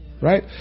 right